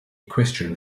equestrian